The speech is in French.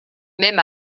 même